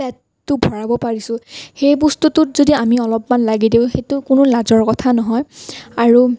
পেটটো ভৰাব পাৰিছো সেই বস্তুটোত যদি আমি অলপমান লাগি দিও সেইটো কোনো লাজৰ কথা নহয় আৰু